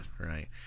Right